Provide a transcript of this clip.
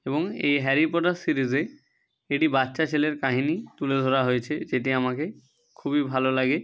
এবং এই Harry Potter সিরিজে এটি বাচ্ছা ছেলের কাহিনি তুলে ধরা হয়েছে যেটি আমাকে খুবই ভালো লাগে